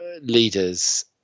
leaders